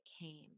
came